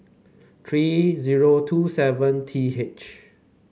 three zero two seven T H